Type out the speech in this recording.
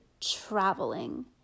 traveling